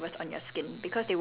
and